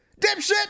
dipshit